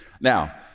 Now